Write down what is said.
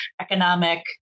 economic